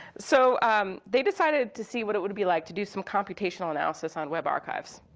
so they decided to see what it would be like to do some computational analysis on web archives.